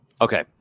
Okay